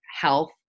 health